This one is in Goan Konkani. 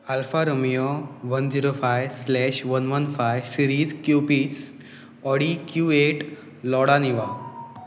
alpha Romeo one zero five slash one one five series Q पीज ऑडी क्यू एट लाडा निवा